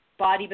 bodybuilding